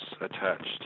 attached